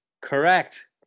Correct